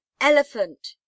elephant